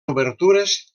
obertures